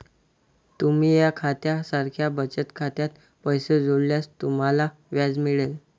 तुम्ही या खात्या सारख्या बचत खात्यात पैसे जोडल्यास तुम्हाला व्याज मिळेल